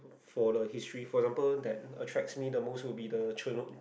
for the history for example the attracts me will the chernlob~